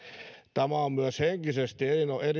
tämä on myös henkisesti